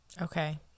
Okay